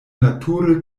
nature